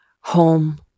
home